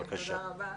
כן, תודה רבה.